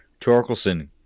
Torkelson –